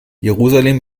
jerusalem